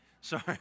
Sorry